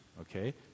okay